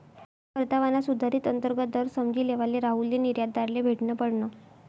परतावाना सुधारित अंतर्गत दर समझी लेवाले राहुलले निर्यातदारले भेटनं पडनं